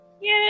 Yay